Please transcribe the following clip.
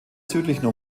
südlichen